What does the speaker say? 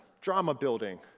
drama-building